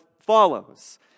follows